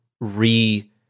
re